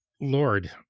Lord